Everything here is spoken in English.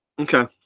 Okay